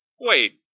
wait